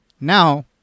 Now